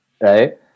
right